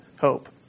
hope